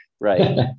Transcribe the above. Right